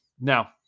Now